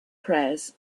prayers